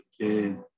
kids